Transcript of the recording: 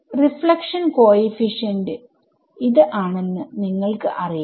reflection coefficient ആണെന്ന് നിങ്ങൾക്ക് അറിയാം